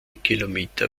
kilometer